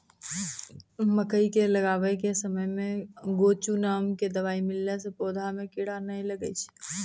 मकई के लगाबै के समय मे गोचु नाम के दवाई मिलैला से पौधा मे कीड़ा नैय लागै छै?